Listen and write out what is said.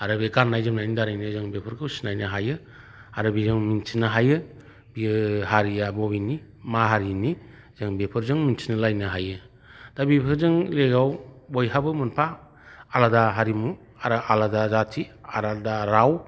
आरो बे गान्नाय जोमनायनि दारैनो जों बेफोरखौ सिनायनो हायो आरो बेजों मिथिनो हायो बेयो हारिया बबेनि मा हारिनि जों बेफोरजों मिथिलायनो हायो दा बेफोरजों लोगोआव बयहाबो मोनफा आलादा हारिमु आरो आलादा जाथि आलादा राव